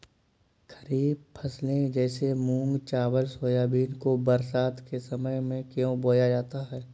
खरीफ फसले जैसे मूंग चावल सोयाबीन को बरसात के समय में क्यो बोया जाता है?